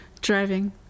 Driving